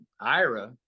ira